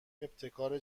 ابتکار